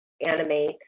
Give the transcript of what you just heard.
animate